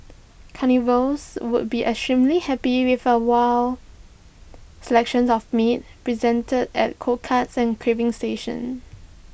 carnivores would be extremely happy with A wide selection of meats presented at cold cuts and carving station